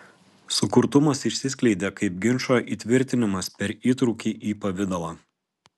sukurtumas išsiskleidė kaip ginčo įtvirtinimas per įtrūkį į pavidalą